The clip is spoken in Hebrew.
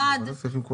ראשית,